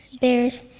Bears